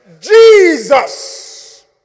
Jesus